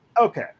Okay